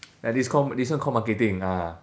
ya this called this one called marketing ah